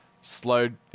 slowed